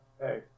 Hey